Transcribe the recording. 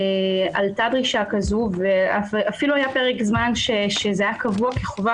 עלתה דרישה כזאת ואפילו היה פרק זמן שזה היה קבוע כחובה